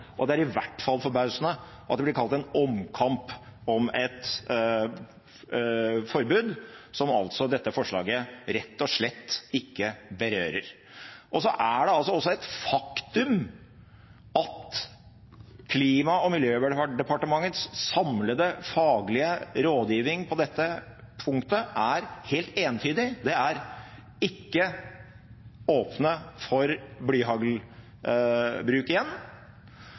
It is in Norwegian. og det er i hvert fall forbausende at det blir kalt en omkamp om et forbud, som dette forslaget rett og slett ikke berører. Det er et faktum at Klima- og miljødepartementets samlede faglige rådgiving på dette punktet er helt entydig, det er ikke åpnet for blyhaglbruk igjen,